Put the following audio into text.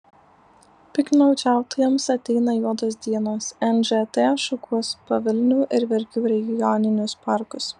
piktnaudžiautojams ateina juodos dienos nžt šukuos pavilnių ir verkių regioninius parkus